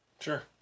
sure